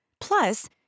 Plus